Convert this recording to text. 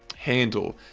handle,